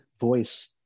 voice